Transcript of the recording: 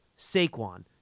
Saquon